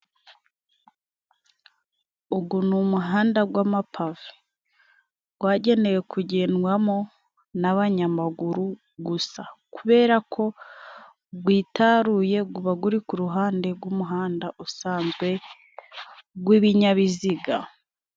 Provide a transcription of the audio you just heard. Ugu n'umuhanda gw'amapave, gwagenewe kugendwamo n'abanyamaguru gusa, kubera ko gwitaruye guba guri gu ruhande g'umuhanda usanzwe gw'ibinyabiziga.